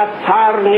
בל